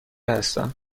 هستم